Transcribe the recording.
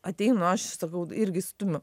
ateinu aš sakau irgi stumiu